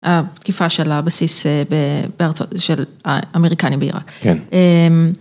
התקיפה של הבסיס בארצות של האמריקנים בעיראק.